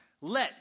Let